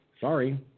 Sorry